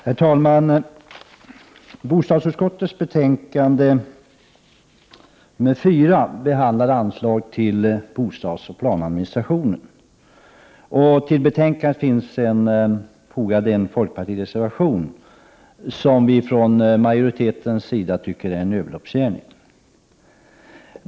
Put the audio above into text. Herr talman! Bostadsutskottets betänkande 4 behandlar anslag till bostadsoch planadministrationen. Till betänkandet har fogats en folkpartireservation, vilket vi ifrån majoritetens sida tycker är en överloppsgärning.